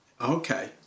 Okay